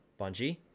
Bungie